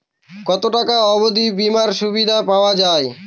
কত টাকা অবধি বিমার সুবিধা পাওয়া য়ায়?